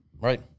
Right